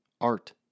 art